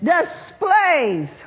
displays